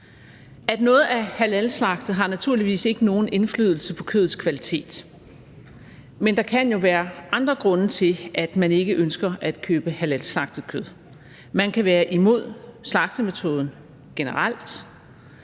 At noget er halalslagtet, har naturligvis ikke nogen indflydelse på kødets kvalitet, men der kan jo være andre grunde til, at man ikke ønsker at købe halalslagtet kød. Man kan være imod slagtemetoden generelt